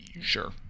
Sure